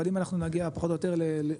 אבל אם אנחנו נגיע פחות או יותר לזרום